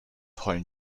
heulen